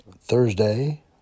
Thursday